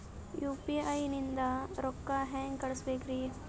UPI ನಿಂದ ರೊಕ್ಕ ಹೆಂಗ ಕಳಸಬೇಕ್ರಿ?